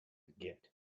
git